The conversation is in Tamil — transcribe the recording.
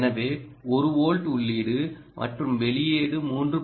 எனவே 1 வோல்ட் உள்ளீடு மற்றும் வெளியீடு 3